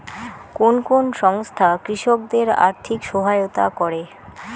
কোন কোন সংস্থা কৃষকদের আর্থিক সহায়তা করে?